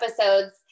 episodes